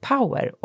Power